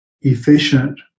efficient